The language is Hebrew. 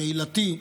קהילתי,